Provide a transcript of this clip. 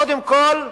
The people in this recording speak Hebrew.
קודם כול,